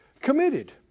committed